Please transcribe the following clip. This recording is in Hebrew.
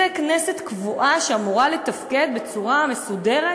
זו כנסת קבועה שאמורה לתפקד בצורה מסודרת?